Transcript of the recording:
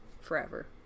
forever